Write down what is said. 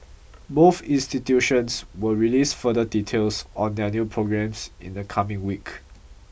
both institutions will release further details on their new programmes in the coming week